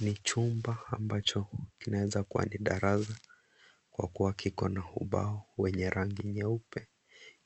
Ni chumba ambacho kinaweza kuwa ni darasa, kwa kuwa kiko na ubao wenye rangi nyeupe,